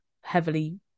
heavily